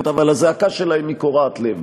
אבל הזעקה שלהם היא קורעת לב,